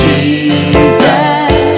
Jesus